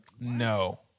No